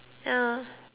ya